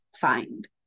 find